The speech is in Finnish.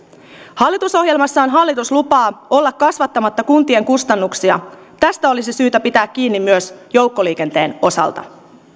hallitusohjelmassaan hallitus lupaa olla kasvattamatta kuntien kustannuksia ja tästä olisi syytä pitää kiinni myös joukkoliikenteen osalta